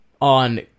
on